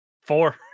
Four